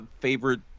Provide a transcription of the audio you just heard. favorite